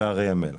הרי המלח.